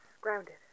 Grounded